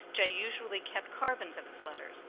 jay usually kept carbons of his letters,